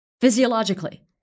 physiologically